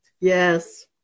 yes